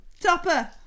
Topper